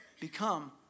become